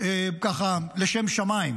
ככה לשם שמיים,